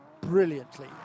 brilliantly